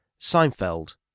Seinfeld